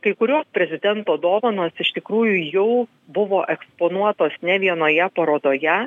kai kurios prezidento dovanos iš tikrųjų jau buvo eksponuotos ne vienoje parodoje